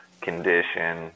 condition